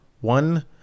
One